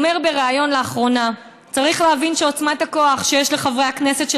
אומר בריאיון לאחרונה: "צריך להבין שעוצמת הכוח שיש לחברי הכנסת של